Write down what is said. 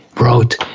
wrote